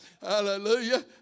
Hallelujah